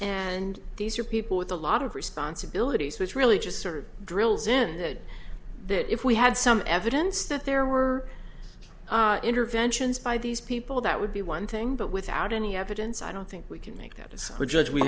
and these are people with a lot of responsibilities which really just sort of drills in that that if we had some evidence that there were interventions by these people that would be one thing but without any evidence i don't think we can make that as a judge we